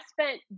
spent